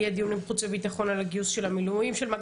יהיה דיון חוץ וביטחון על הגיוס של המילואים של מג"ב.